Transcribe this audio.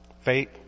Faith